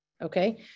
okay